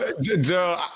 Joe